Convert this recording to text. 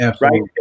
Right